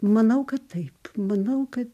manau kad taip manau kad